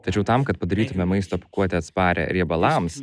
tačiau tam kad padarytume maisto pakuotę atsparią riebalams